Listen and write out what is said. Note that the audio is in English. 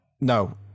no